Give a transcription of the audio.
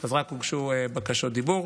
אז רק הוגשו בקשות דיבור.